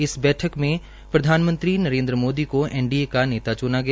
इस बैठक में प्रधानमंत्री नरेन्द्र मोदी को एनडीए का नेता चुना गया